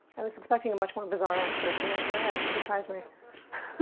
i was expecting a much more bizarre answer, so that's all right. you surprised me.